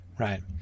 Right